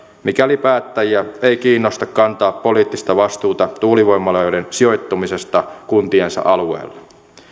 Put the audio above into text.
mikäli päättäjiä ei kiinnosta kantaa poliittista vastuuta tuulivoimaloiden sijoittumisesta kuntiensa alueella